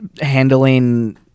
handling